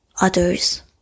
others